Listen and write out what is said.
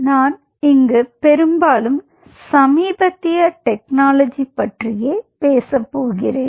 நான் இங்கு பெரும்பாலும் சமீபத்திய டெக்னாலஜி பற்றியே பேச போகிறேன்